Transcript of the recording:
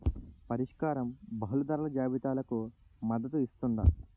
పరిష్కారం బహుళ ధరల జాబితాలకు మద్దతు ఇస్తుందా?